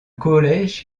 collège